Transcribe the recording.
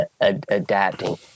adapting